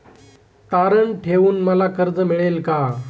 तारण ठेवून मला कर्ज मिळेल का?